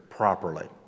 Properly